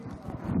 לא,